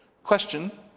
Question